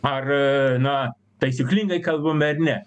ar na taisyklingai kalbame ar ne